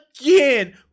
again